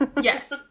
Yes